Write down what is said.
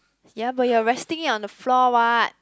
ya but you're resting it on the floor what